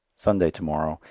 sunday to-morrow.